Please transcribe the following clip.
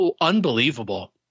unbelievable